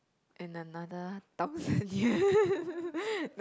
and another thousand years